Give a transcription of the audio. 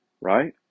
right